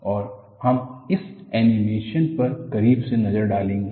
और हम इस एनीमेशन पर करीब से नज़र डालेंगे